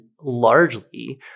largely